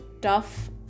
tough